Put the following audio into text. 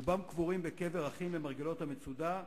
רובם קבורים בקבר אחים למרגלות המצודה.